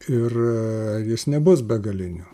ir jis nebus begaliniu